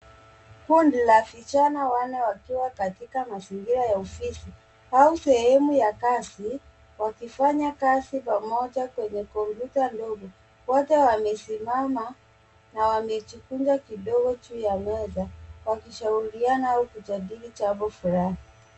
Huu ni wasichana wanne wakiwa katika mazingira ya ofisi au sehemu ya kazi, wakifanya kazi pamoja kwenye kompyuta ndogo, wote wamesimama na wamejikunja kidogo juu ya meza wakishauriana au kujadili jambo fulani.